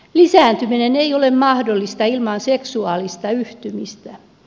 lisääntyminen ei ole mahdollista ilman seksuaalista yhtymistä